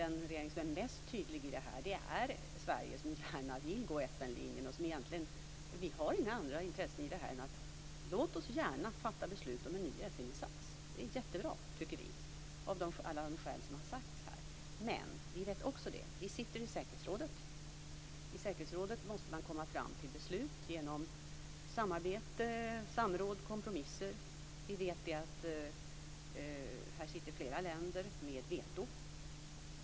Den regering som är mest tydlig i detta sammanhang är Sverige, som gärna vill gå FN-linjen. Vi har egentligen inga andra intressen i detta. Låt oss gärna fatta beslut om en ny FN-insats. Det är jättebra, tycker vi, av alla de skäl som har nämnts här. Men vi vet också att vi sitter i säkerhetsrådet, och i säkerhetsrådet måste man komma fram till beslut genom samarbete, samråd och kompromisser. Vi vet att här sitter flera länder med veto.